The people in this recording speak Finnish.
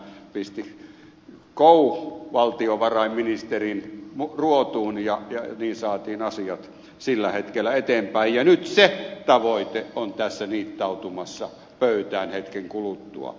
mutta hän pisti co valtiovarainministerin ruotuun ja niin saatiin asiat sillä hetkellä eteenpäin ja nyt se tavoite on tässä niittautumassa pöytään hetken kuluttua